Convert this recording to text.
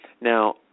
Now